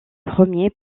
premier